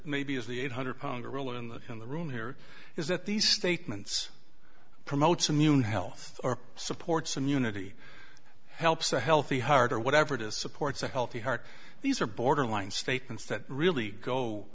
maybe as the eight hundred pound gorilla in the in the room here is that these statements promotes immune health or supports and unity helps a healthy heart or whatever it is supports a healthy heart these are borderline statements that really go